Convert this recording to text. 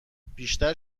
بیشتر